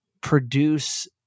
produce